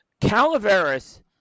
Calaveras